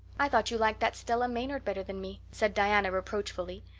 i thought you liked that stella maynard better than me, said diana reproachfully.